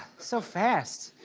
so fast!